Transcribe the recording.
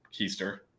Keister